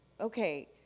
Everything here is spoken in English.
okay